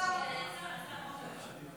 ותעבור לדיון בוועדת החוקה,